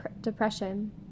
depression